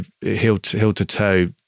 heel-to-toe